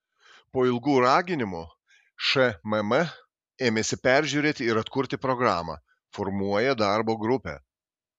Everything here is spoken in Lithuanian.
po ilgų raginimų šmm ėmėsi peržiūrėti ir atkurti programą formuoja darbo grupę